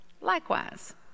Likewise